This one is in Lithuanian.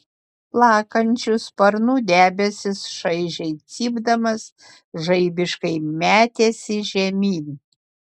plakančių sparnų debesis šaižiai cypdamas žaibiškai metėsi žemyn